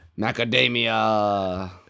Macadamia